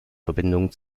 verbindungen